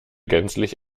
gänzlich